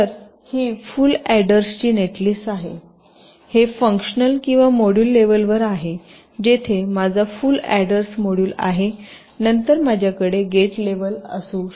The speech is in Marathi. तर ही फुल अॅडर्सची नेटलिस्ट आहे हे फंक्शनल किंवा मॉड्यूल लेव्हलवर आहे जेथे माझा फुल अॅडर्स मॉड्यूल आहे नंतर माझ्याकडे गेट लेव्हल असू शकते